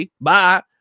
bye